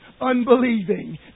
unbelieving